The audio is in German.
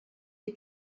die